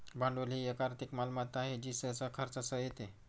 भांडवल ही एक आर्थिक मालमत्ता आहे जी सहसा खर्चासह येते